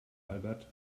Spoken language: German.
albert